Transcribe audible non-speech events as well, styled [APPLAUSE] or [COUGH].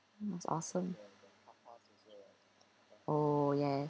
was awesome [NOISE] oh yes